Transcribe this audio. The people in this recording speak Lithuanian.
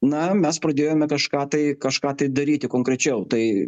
na mes pradėjome kažką tai kažką tai daryti konkrečiau tai